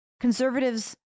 conservatives